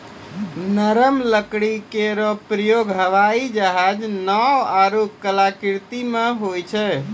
नरम लकड़ी केरो प्रयोग हवाई जहाज, नाव आरु कलाकृति म होय छै